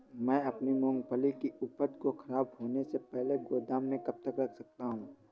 मैं अपनी मूँगफली की उपज को ख़राब होने से पहले गोदाम में कब तक रख सकता हूँ?